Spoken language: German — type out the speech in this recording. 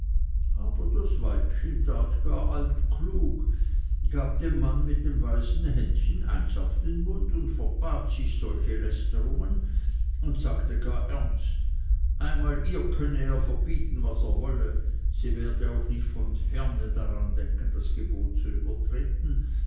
aber das weibchen tat gar altklug gab dem mann mit dem weißen händchen eins auf den mund und verbat sich solche lästerungen und sagte gar ernst einmal ihr könne er verbieten was er wolle sie werde auch nicht von ferne daran denken das gebot zu übertreten